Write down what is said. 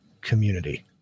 community